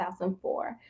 2004